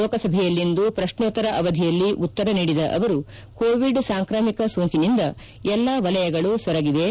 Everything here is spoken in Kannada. ಲೋಕಸಭೆಯಲ್ಲಿಂದು ಪ್ರಕ್ನೋತ್ತರ ಅವಧಿಯಲ್ಲಿ ಉತ್ತರ ನೀಡಿದ ಅವರು ಕೋವಿಡ್ ಸಾಂಕ್ರಾಮಿಕ ಸೋಂಕಿನಿಂದ ಎಲ್ಲಾ ವಲಯಗಳು ಸೊರಗಿವೆ